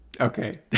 Okay